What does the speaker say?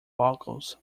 vocals